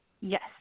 Yes